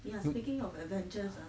ya speaking of adventures ah